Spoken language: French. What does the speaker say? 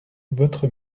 votre